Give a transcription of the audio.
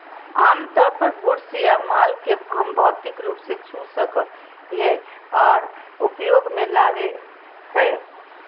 आमतौर पर गुड्स या माल के हम भौतिक रूप से छू सको हियै आर उपयोग मे लाबो हय